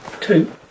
two